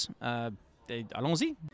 Allons-y